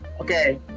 Okay